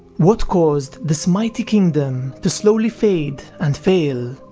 what caused this mighty kingdom to slowly fade and fail?